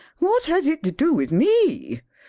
what has it to do with me?